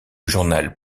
journal